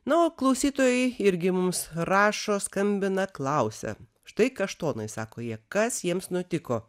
na o klausytojai irgi mums rašo skambina klausia štai kaštonai sako jie kas jiems nutiko